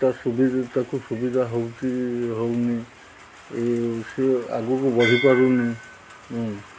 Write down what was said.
ତା ସୁ ତାକୁ ସୁବିଧା ହେଉଛି ହେଉନି ଏ ସେ ଆଗକୁ ବଢ଼ିପାରୁନି